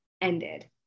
ended